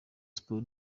siporo